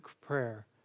prayer